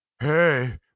Hey